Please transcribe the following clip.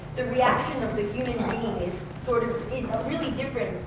the reaction of the human being is sort of really different,